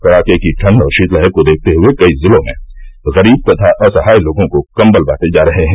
कड़ाके की ठंड और शीतलहर को देखते हुये कई जिलों में गरीब तथा असहाय लोगों को कबल बांटे जा रहे हैं